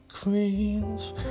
Queens